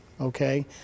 Okay